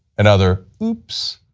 another oops.